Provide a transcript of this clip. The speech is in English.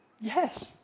Yes